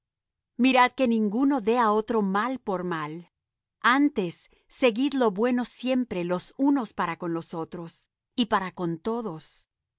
mirad que ninguno dé á otro mal por mal antes seguid lo bueno siempre los unos para con los otros y para con todos